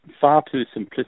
far-too-simplistic